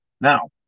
Now